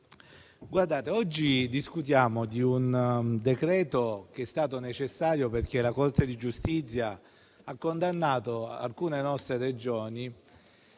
oggi discutiamo è un decreto che si è reso necessario perché la Corte di giustizia ha condannato alcune nostre Regioni